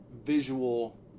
visual